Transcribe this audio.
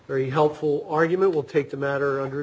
very helpful argument will take the matter under